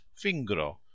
fingro